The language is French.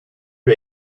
lui